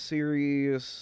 Series